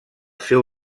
seu